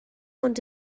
ond